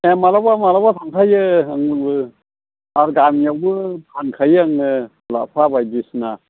ए माब्लाबा माब्लाबा थांफायो आंबो आरो गामियावबो फानखायो आङो लाफा बायदिसिना